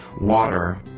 Water